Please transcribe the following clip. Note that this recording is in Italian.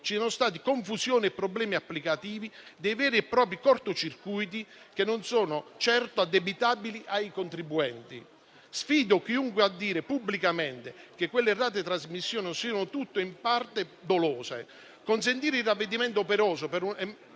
ci sono stati confusione e problemi applicativi, dei veri e propri cortocircuiti che non sono certo addebitabili ai contribuenti. Sfido chiunque a dire pubblicamente che quelle errate trasmissioni siano tutte o in parte dolose. Consentire il ravvedimento operoso per